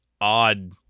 odd